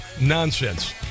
nonsense